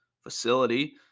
facility